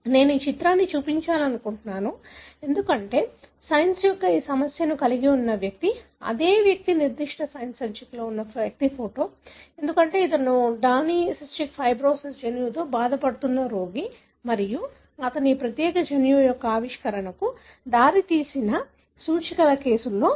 నేను ఈ చిత్రాన్ని చూపించాలనుకుంటున్నాను ఎందుకంటే సైన్స్ యొక్క ఈ సమస్యను కలిగి ఉన్న వ్యక్తి అదే వ్యక్తి నిర్దిష్ట సైన్స్ సంచికలో ఉన్న వ్యక్తి ఫోటో ఎందుకంటే అతను డాని సిస్టిక్ ఫైబ్రోసిస్ జన్యువుతో బాధపడుతున్న రోగి మరియు అతను ఈ ప్రత్యేక జన్యువు యొక్క ఆవిష్కరణకు దారితీసిన సూచిక కేసులలో ఒకటి